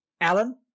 Alan